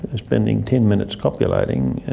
spending ten minutes copulating,